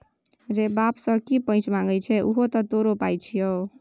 रे बाप सँ की पैंच मांगय छै उहो तँ तोरो पाय छियौ